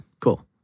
Cool